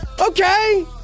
Okay